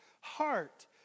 heart